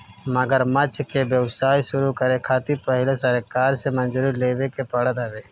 मगरमच्छ के व्यवसाय शुरू करे खातिर पहिले सरकार से मंजूरी लेवे के पड़त हवे